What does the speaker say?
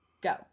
Go